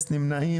מי נמנע?